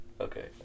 Okay